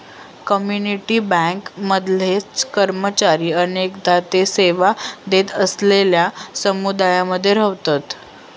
community bank मधले कर्मचारी अनेकदा ते सेवा देत असलेलल्यो समुदायांमध्ये रव्हतत